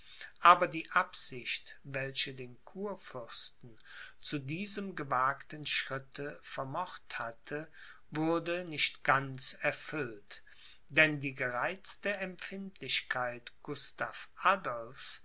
aber die absicht welche den kurfürsten zu diesem gewagten schritte vermocht hatte wurde nicht ganz erfüllt denn die gereizte empfindlichkeit gustav adolphs